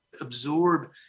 absorb